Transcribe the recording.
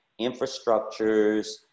infrastructures